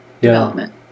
development